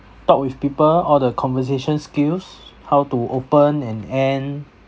talk with people all the conversation skills how to open and end